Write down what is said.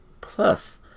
plus